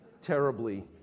terribly